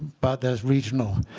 but there's regional